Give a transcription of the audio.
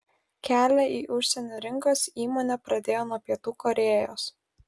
kelią į užsienio rinkas įmonė pradėjo nuo pietų korėjos